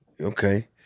okay